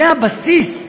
זה הבסיס,